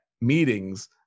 meetings